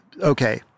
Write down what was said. okay